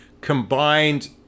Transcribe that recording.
combined